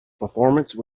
performance